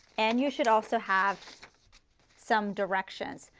and you should also have some directions.